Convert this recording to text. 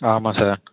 ஆமாம் சார்